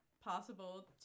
possible